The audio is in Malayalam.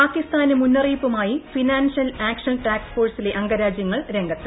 പാകിസ്ഥാന് മുന്നറിയിപ്പുമായി ഫിനാൻഷ്യൽ ആക്ഷൻ ടാസ്ക് ഫോഴ്സിലെ അംഗരാജ്യങ്ങൾ രംഗത്ത്